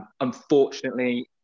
Unfortunately